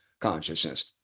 consciousness